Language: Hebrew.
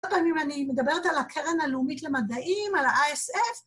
‫עוד פעם אני מדברת על ‫הקרן הלאומית למדעים, על ה-ISF.